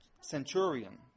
centurion